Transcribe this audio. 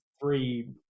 three